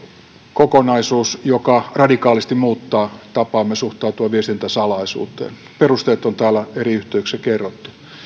kokonaisuus joka radikaalisti muuttaa tapaamme suhtautua viestintäsalaisuuteen perusteet on täällä eri yhteyksissä kerrottu